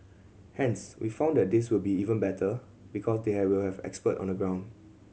hence we found that this will be even better because they have will have expert on the ground